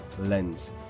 lens